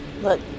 Look